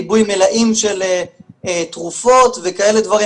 עיבוי מלאים של תרופות וכאלה דברים.